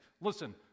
Listen